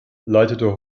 leitete